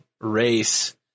race